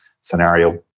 scenario